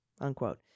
unquote